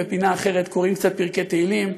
בפינה אחרת קוראים קצת פרקי תהילים,